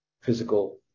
physical